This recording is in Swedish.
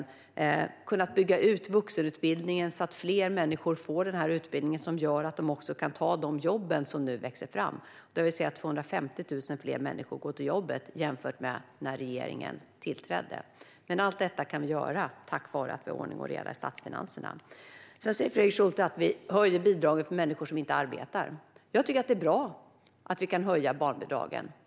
Vi har kunnat bygga ut vuxenutbildningen, så att fler människor får den utbildning som gör att de också kan ta de jobb som nu växer fram. Vi ser nu att 250 000 fler människor går till jobbet jämfört med när regeringen tillträdde. Allt detta kan vi göra tack vare att vi har ordning och reda i statsfinanserna. Fredrik Schulte säger att vi höjer bidragen till människor som inte arbetar. Jag tycker att det är bra att vi kan höja barnbidragen.